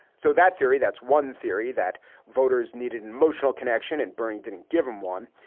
so that theory that's one theory that voters needed an emotional connection and bernie didn't give him one.